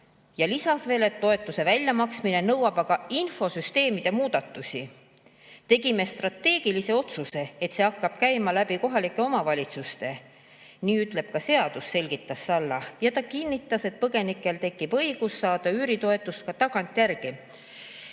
ta lisas veel, et toetuse väljamaksmine nõuab infosüsteemide muudatusi. "Tegime strateegilise otsuse, et see hakkab käima läbi kohalike omavalitsuste. Nii ütleb ka seadus," selgitas Salla. Ja ta kinnitas, et põgenikel tekib õigus saada üüritoetust ka tagantjärgi. Nüüd